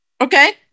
okay